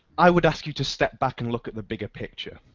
i would ask you to step back and look at the bigger picture.